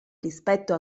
rispetto